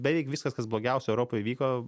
beveik viskas kas blogiausio europoj vyko